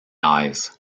eyes